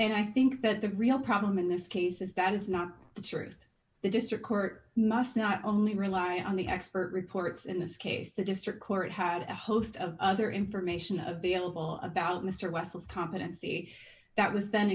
and i think that the real problem in this case is that is not the truth the district court must not only rely on the expert reports in this case the district court had a host of other information of be able about mr wessels competency that was then